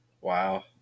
Wow